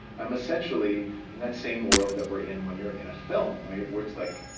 i'm essentially in that same world that we're in. when you're in a film where where it's like,